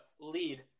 lead